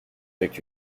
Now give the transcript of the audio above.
avec